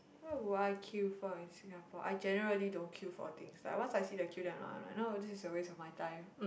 what would I queue for in Singapore I generally don't queue for a thing like once I see the queue then I'm like no this is a waste of my time